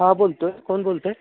हां बोलतो आहे कोण बोलत आहे